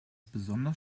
besonders